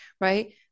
right